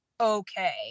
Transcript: okay